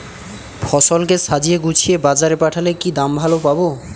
ফসল কে সাজিয়ে গুছিয়ে বাজারে পাঠালে কি দাম ভালো পাব?